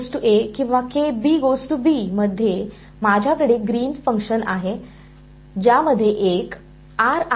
तर किंवा मध्ये माझ्याकडे ग्रीन फंक्शन आहे ज्यामध्ये एक आहे